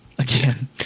again